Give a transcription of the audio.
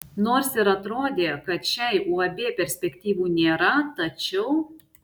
nors ir atrodė kad šiai uab perspektyvų nėra tačiau